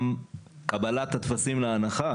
גם קבלת הטפסים להנחה